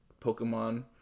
Pokemon